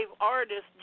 artists